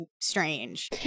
strange